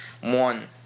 one